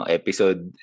episode